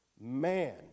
man